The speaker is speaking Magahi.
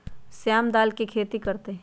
श्याम दाल के खेती कर तय